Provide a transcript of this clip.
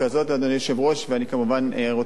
אני כמובן רוצה לומר שהממשלה